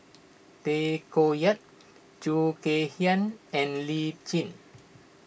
Tay Koh Yat Khoo Kay Hian and Lee Tjin